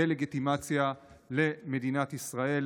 דה-לגיטימציה למדינת ישראל,